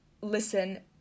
listen